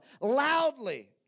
loudly